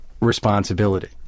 responsibility